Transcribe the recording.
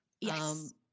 Yes